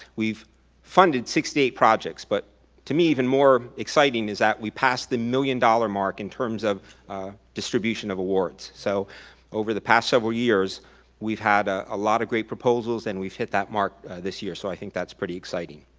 we've funded sixty eight projects but to me even more exciting is that we passed the million dollar mark in terms of distribution of awards. so over the past several years we've had a ah lot of great proposals and we've hit that mark this year so i think that's pretty exciting.